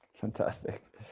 Fantastic